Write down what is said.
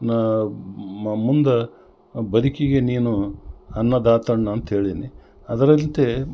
ನ ಮುಂದ ಬದುಕಿಗೆ ನೀನು ಅನ್ನದಾತಣ್ಣ ಅಂತ ಹೇಳೀನಿ ಅದರಂತೆ